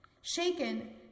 Shaken